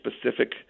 specific